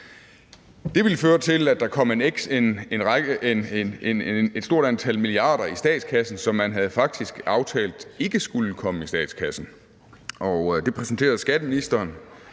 Det ville føre til, at der kom et stort antal milliarder i statskassen, som man faktisk havde aftalt ikke skulle komme i statskassen. Skatteministeren